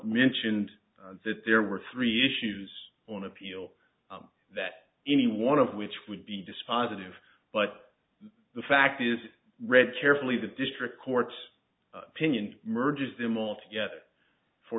mentioned that there were three issues on appeal that any one of which would be dispositive but the fact is read carefully the district court's opinion merges them all together for